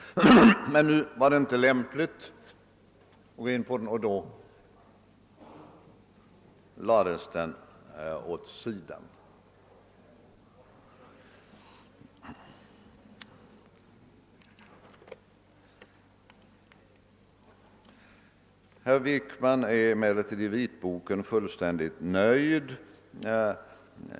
Men nu var det inte lämpligt att gå in på den. Herr Wickman är i vitboken nästan fullständigt nöjd.